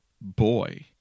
Boy